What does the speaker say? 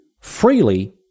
freely